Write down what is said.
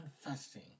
fasting